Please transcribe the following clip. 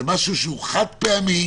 זה משהו שהוא חד פעמי